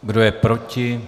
Kdo je proti?